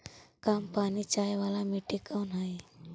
कम पानी खाय वाला मिट्टी कौन हइ?